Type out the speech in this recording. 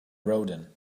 rodin